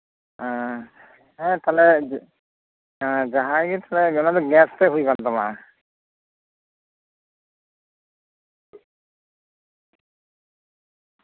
ᱮᱸ ᱦᱮᱸ ᱛᱟᱞᱦᱮ ᱡᱟᱦᱟᱸᱭ ᱜᱮ ᱛᱷᱚᱲᱟ ᱚᱱᱟ ᱫᱚ ᱜᱮᱥ ᱛᱮ ᱦᱩᱭ ᱟᱠᱟᱱ ᱛᱟᱢᱟ